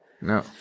no